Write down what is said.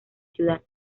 ciudad